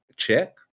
Check